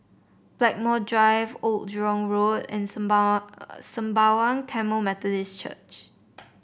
Blackmore Drive Old Jurong Road and Sembawang Tamil Methodist Church